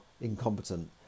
incompetent